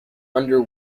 under